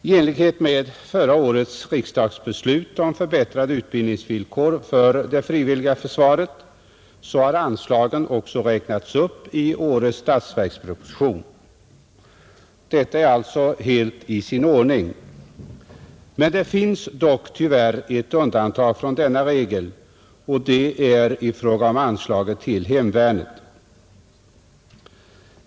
I enlighet med förra årets riksdagsbeslut om förbättrade utbildningsvillkor för det frivilliga försvaret har anslagen räknats upp i årets statsverksproposition. Detta är alltså helt i sin ordning. Men det finns tyvärr ett undantag från denna regel, nämligen i fråga om anslaget till hemvärnet.